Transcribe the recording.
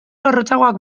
zorrotzagoak